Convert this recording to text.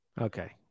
Okay